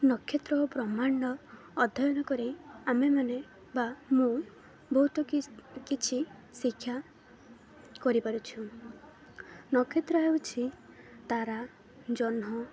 ନକ୍ଷତ୍ର ଓ ବ୍ରହ୍ମାଣ୍ଡ ଅଧ୍ୟୟନ କରି ଆମେମାନେ ବା ମୁଁ ବହୁତ କିଛି ଶିକ୍ଷା କରିପାରୁଛୁ ନକ୍ଷତ୍ର ହେଉଛି ତାରା ଜହ୍ନ